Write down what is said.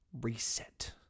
Reset